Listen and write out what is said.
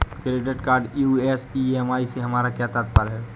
Credit card use EMI से हमारा क्या तात्पर्य है?